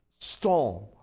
Storm